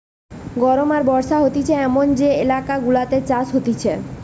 গরম আর বর্ষা হতিছে এমন যে এলাকা গুলাতে চাষ হতিছে